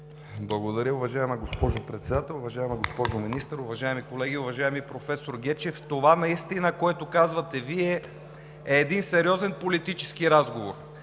България): Уважаема госпожо Председател, уважаема госпожо Министър, уважаеми колеги! Уважаеми професор Гечев, това, което казахте Вие, наистина е един сериозен политически разговор.